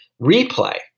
replay